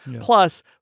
Plus